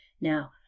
Now